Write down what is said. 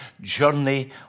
journey